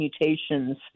mutations